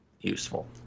useful